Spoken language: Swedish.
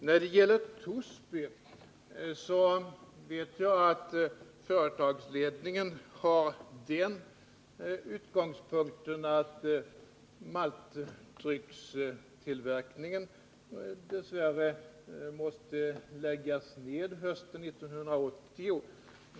När det gäller Torsby vet jag att företagsledningen har den utgångspunkten att maltdryckstillverkningen dess värre måste läggas ned hösten 1980.